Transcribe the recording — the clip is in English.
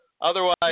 Otherwise